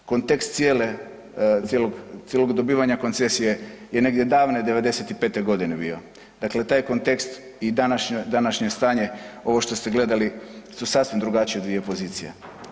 Kontekst cijelog dobivanja koncesije je negdje davne '95. g. bio, dakle taj kontekst i današnje stanje ovo što ste gledali su sasvim drugačije dvije pozicije.